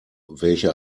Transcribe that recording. welche